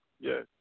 yes